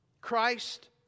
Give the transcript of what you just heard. Christ